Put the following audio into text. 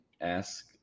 ask